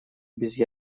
без